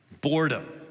Boredom